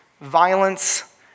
violence